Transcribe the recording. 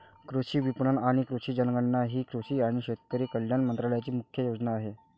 कृषी विपणन आणि कृषी जनगणना ही कृषी आणि शेतकरी कल्याण मंत्रालयाची मुख्य योजना आहे